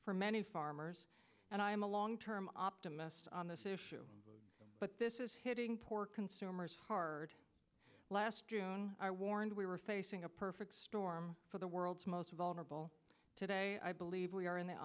for many farmers and i am a long term optimist on this issue but this is hitting poor consumers hard last june are warned we were facing a perfect storm for the world's most vulnerable today i believe we are in the